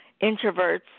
introverts